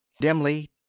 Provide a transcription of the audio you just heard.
Dimly